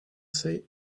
say